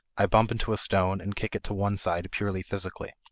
i bump into a stone, and kick it to one side purely physically.